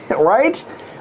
right